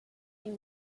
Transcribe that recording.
you